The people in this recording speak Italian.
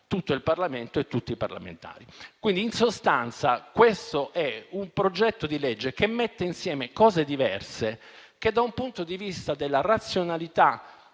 tutto il Parlamento e tutti i parlamentari. In sostanza, quello in esame è un disegno di legge che mette insieme cose diverse che, dal punto di vista della razionalità